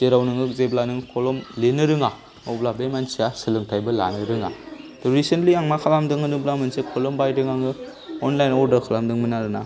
जेराव नोङो जेब्ला नोङो खलम लिरनो रोङा अब्ला बे मानसिया सोलोंथायबो लानो रोङा थ रिसेन्तलि आं मा खालामदों होनोब्ला मोनसे खलम बायदों आङो अनलाइनाव अरदार खालामदोंमोन आरोना